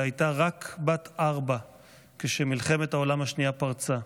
והייתה רק בת ארבע כשמלחמת העולם השנייה פרצה.